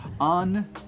on